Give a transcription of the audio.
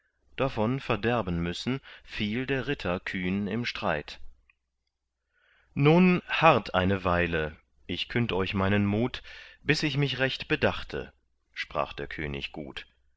davon verderben müssen viel der ritter kühn im streit nun harrt eine weile ich künd euch meinen mut bis ich mich recht bedachte sprach der könig gut